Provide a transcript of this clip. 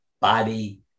body